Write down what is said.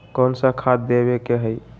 कोन सा खाद देवे के हई?